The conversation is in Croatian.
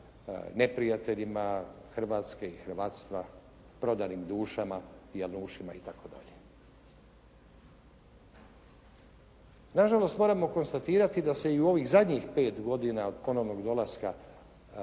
neprijateljima Hrvatske i hrvatstva, prodanim dušama, janušima itd. Nažalost, moramo konstatirati da se i u ovih zadnjih pet godina od ponovnog dolaska